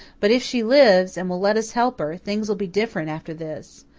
but if she lives, and will let us help her, things will be different after this.